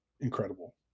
incredible